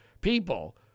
people